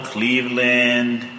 Cleveland